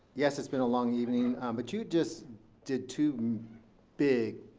yes, it's been a long evening, but you just did two big